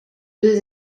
deux